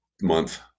month